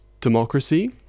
democracy